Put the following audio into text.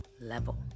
Level